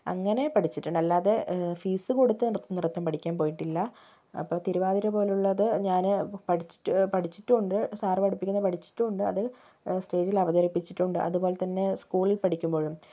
അങ്ങനെ പഠിച്ചിട്ടുണ്ട് അല്ലാതെ ഫീസ് കൊടുത്ത് നൃത്തം പഠിക്കാൻ പോയിട്ടില്ല അപ്പോൾ തിരുവാതിര പോലുള്ളത് ഞാന് പഠിച്ചിട്ടു ഉണ്ട് സാറ് പഠിപ്പിക്കുന്നത് പഠിച്ചിട്ട് ഉണ്ട് സ്റ്റേജില് അവതരിപ്പിച്ചിട്ടും ഉണ്ട് അതുപോലെ തന്നെ സ്കൂളിൽ പഠിക്കുമ്പോഴും